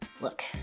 Look